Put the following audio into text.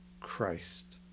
Christ